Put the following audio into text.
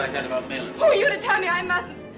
i mean are you to tell me i mustn't?